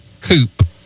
coupe